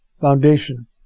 foundation